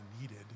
needed